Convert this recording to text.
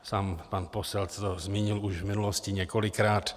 Sám pan Posselt to zmínil už v minulosti několikrát.